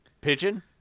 Pigeon